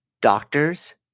doctors